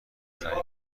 تعیین